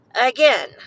again